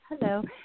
Hello